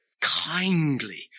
kindly